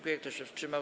Kto się wstrzymał?